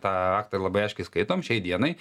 tą aktą labai aiškiai skaitom šiai dienai